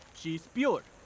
she's pure.